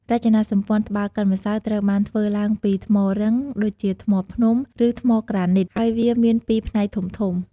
រចនាសម្ព័ន្ធត្បាល់កិនម្សៅត្រូវបានធ្វើឡើងពី ថ្មរឹង ដូចជាថ្មភ្នំ ឬថ្មក្រានីត ហើយវាមានពីរផ្នែកធំៗ។